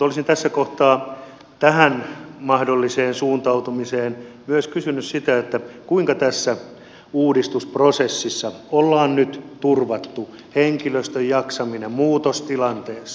olisin tässä kohtaa liittyen tähän mahdolliseen suuntautumiseen kysynyt sitä kuinka tässä uudistusprosessissa on nyt turvattu henkilöstön jaksaminen muutostilanteessa